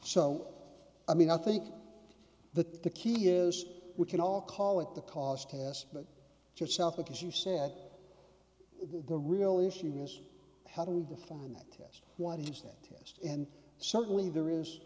so i mean i think the key is we can all call it the cost test but just south of as you said the real issue is how do we define that yes what is that test and certainly there is